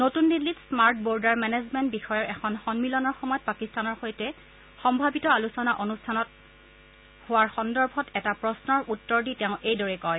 নতুন দিল্লীত smart border management বিষয়ৰ এখন সমিলনৰ সময়ত পাকিস্তানৰ সৈতে সম্ভাবিত আলোচনা অনুষ্ঠিত হোৱাৰ সন্দৰ্ভত এটা প্ৰশ্নৰ উত্তৰ দি তেওঁ এইদৰে কয়